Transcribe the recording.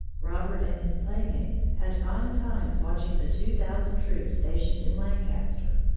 robert and his playmates had fine times watching the two thousand troops stationed in lancaster.